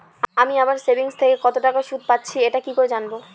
আমি আমার সেভিংস থেকে কতটাকা করে সুদ পাচ্ছি এটা কি করে জানব?